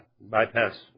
bypass